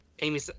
Amy